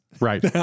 right